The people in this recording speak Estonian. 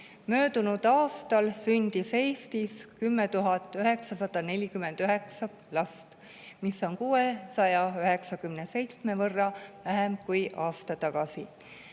Möödunud aastal sündis Eestis 10 949 last, mis on 697 võrra vähem kui aasta tagasi.